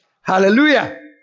Hallelujah